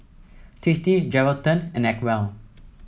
tasty Geraldton and Acwell